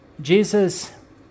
Jesus